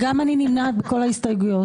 גם אני נמנעת בכל ההסתייגויות.